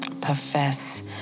profess